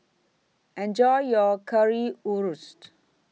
Enjoy your Currywurst